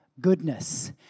Goodness